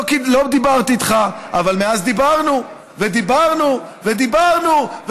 לא דיברתי איתך, אבל מאז דיברנו ודיברנו ודיברנו.